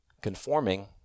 conforming